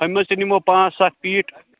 ہۅمہِ منٛز تہِ نِمو پانٛژھ سَتھ پیٖٹۍ